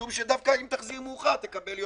משום שדווקא אם תחזיר מאוחר, תקבל יותר.